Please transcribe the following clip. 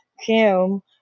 Kim